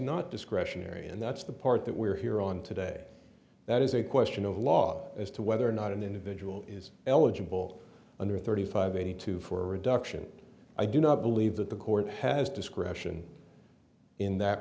not discretionary and that's the part that we're here on today that is a question of law as to whether or not an individual is eligible under thirty five any two for a reduction i do not believe that the court has discretion in that